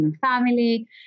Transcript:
family